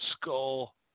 Skull